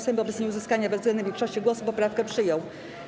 Sejm wobec nieuzyskania bezwzględnej większości głosów poprawkę przyjął.